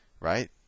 right